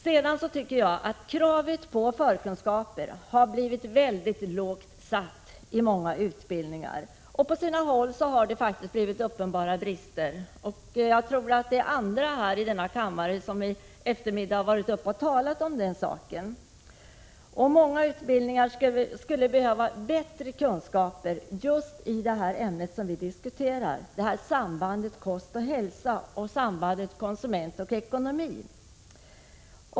Sedan tycker jag att kravet på förkunskaper har satts mycket lågt i många utbildningar. På sina håll har det faktiskt blivit uppenbara brister. Jag tror att andra talare här i kammaren har tagit upp den saken tidigare under eftermiddagen. För många utbildningar skulle det behövas bättre kunskaper just i det ämne som vi diskuterar och som gäller sambandet kost-hälsa och sambandet konsument-ekonomi.